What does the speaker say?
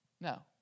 No